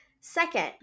Second